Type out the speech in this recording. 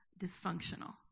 dysfunctional